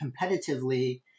competitively